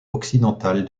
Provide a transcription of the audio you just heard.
occidentale